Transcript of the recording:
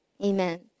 Amen